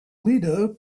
leader